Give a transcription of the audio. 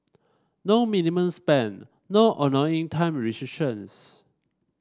no minimums spend no annoying time